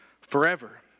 forever